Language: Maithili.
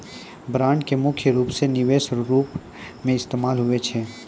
बांड के मुख्य रूप से निवेश रो रूप मे इस्तेमाल हुवै छै